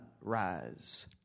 rise